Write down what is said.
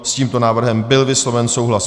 S tímto návrhem byl vysloven souhlas.